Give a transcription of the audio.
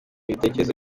ibitekerezo